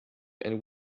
and